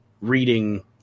reading